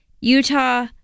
Utah